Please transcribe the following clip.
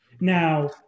Now